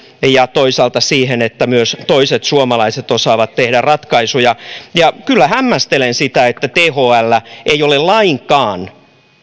ja toisaalta siihen että myös toiset suomalaiset osaavat tehdä ratkaisuja kyllä hämmästelen sitä että thl ei ole lainkaan